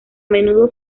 menudo